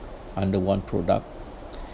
under one product